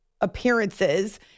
appearances